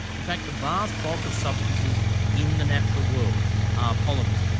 in fact the vast bulk of substances in the natural world are polymers.